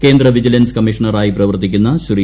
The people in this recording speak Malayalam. കേന്ദ്ര വിജീൽഷ്സ് കമ്മീഷണറായി പ്രവർത്തിക്കുന്ന ശ്രീ